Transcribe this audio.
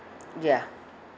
ya